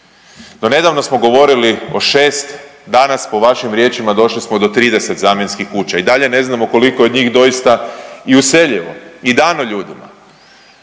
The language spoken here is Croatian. Do nedavno smo govorili o 6 danas po vašim riječima došli smo do 30 zamjenskih kuća i dalje ne znamo koliko je njih doista i useljivo i dano ljudima.